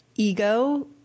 ego